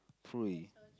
three